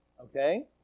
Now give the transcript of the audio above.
okay